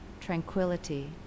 tranquility